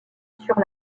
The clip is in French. sur